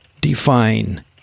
define